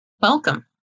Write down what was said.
welcome